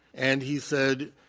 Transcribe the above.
and he said,